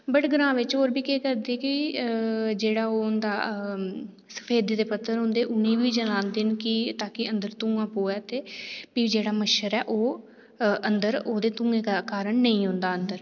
बड़े ग्रांऽ बिच बी बड़े होर केह् करदे की जेह्ड़ा ओह् होंदा ते सफेदे दे पत्तर बी जलांदे न कि अंदर धुआं पवै ते जेह्ड़ा मच्छर ऐ ओह् अंदर ओह्दे धुएं दे कारण नेईं औंदा अंदर